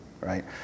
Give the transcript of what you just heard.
right